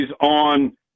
on